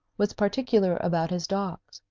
was particular about his dogs,